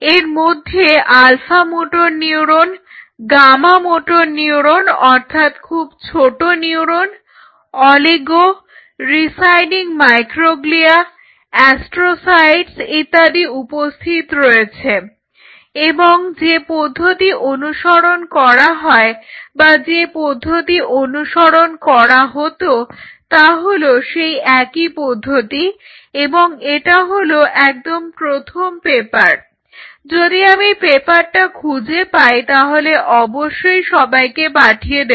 এর মধ্যে alpha motor neuron gamma motor neuron অর্থাৎ খুব ছোট neuron oligo residing microglia astrocytes ইত্যাদি উপস্থিত রয়েছে এবং যে পদ্ধতি অনুসরণ করা হয় বা যে পদ্ধতি অনুসরণ করা হতো তা হলো সেই একই পদ্ধতি এবং এটা হলো একদম প্রথম পেপার যদি আমি পেপারটি খুঁজে পাই তাহলে অবশ্যই সবাইকে পাঠিয়ে দেব